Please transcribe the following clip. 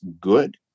good